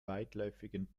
weitläufigen